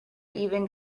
even